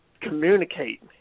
communicate